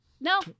no